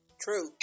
True